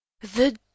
The